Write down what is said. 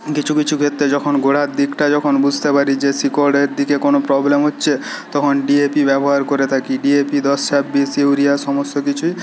কিছু কিছু ক্ষেত্রে যখন গোড়ার দিকটা যখন বুঝতে পারি যে শিকড়ের দিকে কোনো প্রবলেম হচ্ছে তখন ডিএপি ব্যবহার করে থাকি ডিএপি দশ ছাব্বিশ ইউরিয়া সমস্ত কিছুই